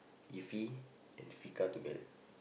iffy and Fiqah together